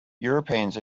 europeans